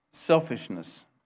selfishness